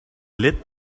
lit